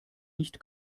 nicht